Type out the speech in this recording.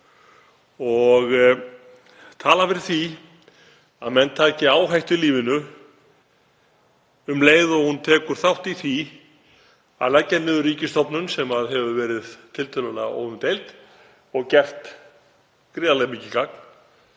og talar fyrir því að menn taki áhættu í lífinu um leið og hún tekur þátt í að leggja niður ríkisstofnun sem verið hefur tiltölulega óumdeild og gert gríðarlega mikið gagn